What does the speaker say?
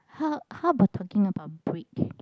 how how about talking about break